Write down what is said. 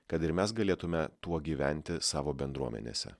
kad ir mes galėtume tuo gyventi savo bendruomenėse